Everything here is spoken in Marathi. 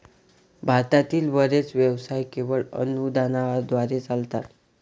भारतातील बरेच व्यवसाय केवळ अनुदानाद्वारे चालतात